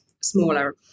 smaller